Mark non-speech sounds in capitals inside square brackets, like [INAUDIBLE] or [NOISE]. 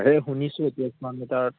[UNINTELLIGIBLE] শুনিছোঁ [UNINTELLIGIBLE] smart meter